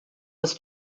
was